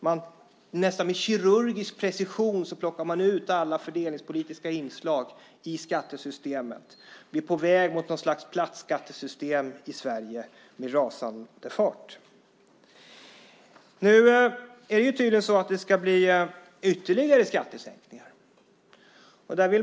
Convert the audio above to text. Med nästan kirurgisk precision plockar man ut alla fördelningspolitiska inslag i skattesystemet. Vi är på väg mot något slags plattskattesystem i Sverige med rasande fart. Nu ska det tydligen bli ytterligare skattesänkningar.